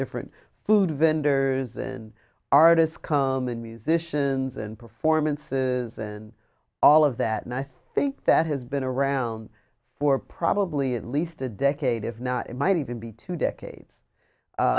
different food vendors and artists come and musicians and performances and all of that and i think that has been around for probably at least a decade if not it might even be two decades